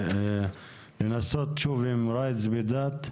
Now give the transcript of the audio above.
אני מעביר את רשות הדיבור לראיד זבידאת,